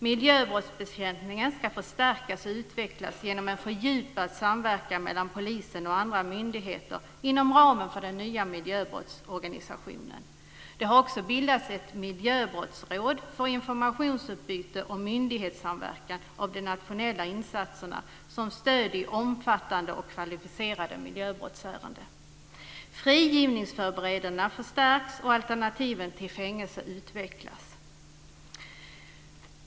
Miljöbrottsbekämpningen ska förstärkas och utvecklas genom fördjupad samverkan mellan polisen och andra myndigheter inom ramen för den nya miljöbrottsorganisationen. Det har bildats ett miljöbrottsråd för informationsutbyte och myndighetssamverkan om de nationella insatserna som stöd i omfattande och kvalificerade miljöbrottsärenden. Frigivningsförberedelserna förstärks, och alternativen till fängelse utvecklas.